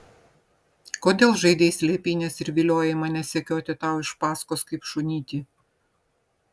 kodėl žaidei slėpynes ir viliojai mane sekioti tau iš paskos kaip šunytį